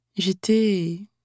j'étais